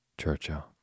Churchill